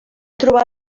trobar